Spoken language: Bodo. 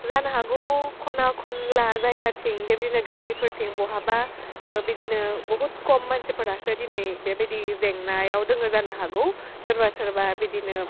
जानो हागौ खना खनला जायगाथिं बेबायदिनो गामिफोरथिं बहाबा ओह बिदिनो बुहुत खम मानसिफोरासो दिनै बेबायदि जेंनायाव दोङो जानो हागौ सोरबा सोरबा बिदिनो